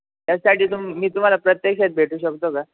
त्यासाठी तुम मी तुम्हाला प्रत्यक्षात भेटू शकतो का